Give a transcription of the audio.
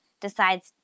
decides